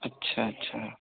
اچھا اچھا